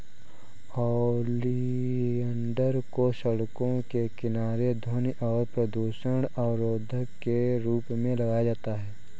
oleander को सड़कों के किनारे ध्वनि और प्रदूषण अवरोधक के रूप में लगाया जाता है